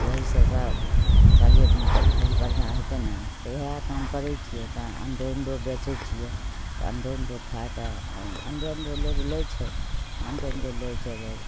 एहि सब से बढ़िआँ होयतै ने तऽ ओएह काम करैत छियै तऽ अंडो उंडो बेचैत छियै तऽ अंडो ओंडो खाएके अंडो ओंडो लोग लै छै अंडो ओंडो लै छै लोग